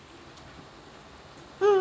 uh